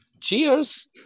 cheers